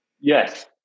yes